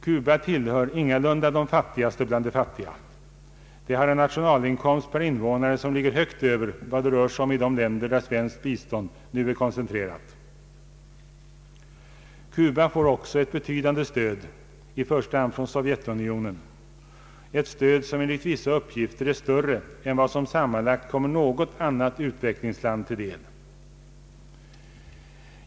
Cuba tillhör ingalunda de fattigaste bland de fattiga; det har en nationalinkomst per invånare som ligger högt över vad det rör sig om i de länder där svenskt bistånd nu är koncentrerat. Cuba får också ett betydande stöd, i första hand från Sovjetunionen, ett stöd som enligt vissa uppgifter är större än vad som sammanlagt kommer något annat utvecklingsland till del.